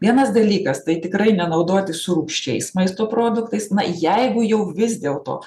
vienas dalykas tai tikrai nenaudoti su rūgščiais maisto produktais na jeigu jau vis dėlto